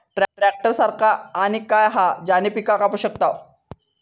Tractor सारखा आणि काय हा ज्याने पीका कापू शकताव?